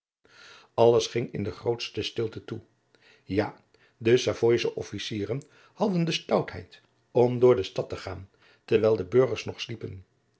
alles ging in de grootste stilte toe ja de savooische officieren hadden de stoutheid om door de stad te gaan terwijl de burgers nog sliepen